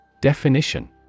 Definition